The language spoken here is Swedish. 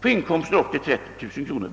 på inkomster upp till 30 000 kronor.